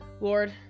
Lord